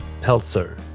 Peltzer